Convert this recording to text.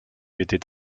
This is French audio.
était